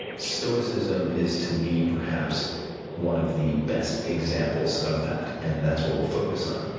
stoicism is, to me, perhaps one of the best examples of that, and that's what we'll focus on.